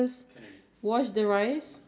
I think I think the rice water